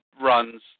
runs